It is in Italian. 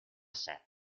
set